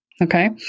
Okay